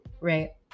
right